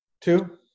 two